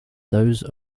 those